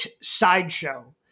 sideshow